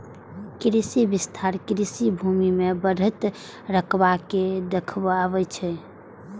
कृषि विस्तार कृषि भूमि के बढ़ैत रकबा के देखाबै छै